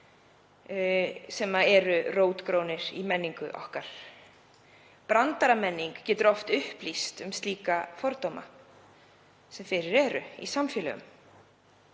sem eru rótgrónir í menningu okkar. Brandaramenning getur oft upplýst um fordóma í samfélögum.